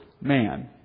man